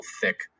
thick